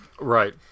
Right